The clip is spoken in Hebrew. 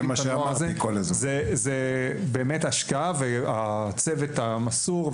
זה באמת השקעה והצוות המסור,